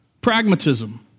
pragmatism